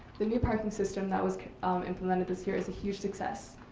the new parking system that was implemented this year is a huge success.